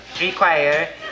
require